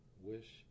wish